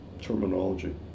terminology